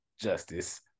Justice